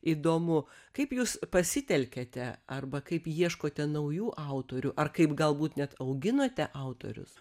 įdomu kaip jūs pasitelkiate arba kaip ieškote naujų autorių ar kaip galbūt net auginote autorius